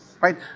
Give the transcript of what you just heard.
right